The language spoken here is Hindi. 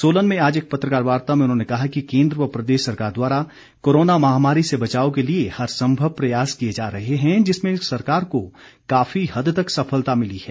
सोलन में आज एक पत्रकार वार्ता में उन्होंने कहा कि केन्द्र व प्रदेश सरकार द्वारा कोरोना महामारी से बचाव के लिए हर संभव प्रयास किए जा रहे हैं जिसमें सरकार को काफी हद तक सफलता मिली है